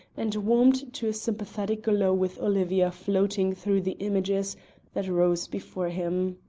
and warmed to a sympathetic glow with olivia floating through the images that rose before him.